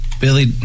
Billy